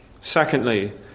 Secondly